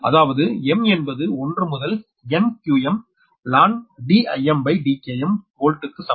அதாவது m என்பது 1 முதல் nqmlnDimDkm வோல்ட் க்கு சமம்